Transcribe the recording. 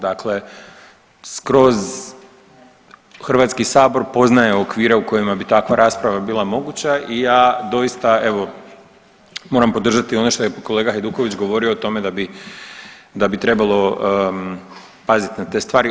Dakle, skroz Hrvatski sabor poznaje okvire u kojima bi takva rasprava bila moguća i ja doista evo moram podržati ono što je kolega Hajduković govorio o tome da bi, da bi trebalo paziti na te stvari.